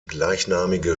gleichnamige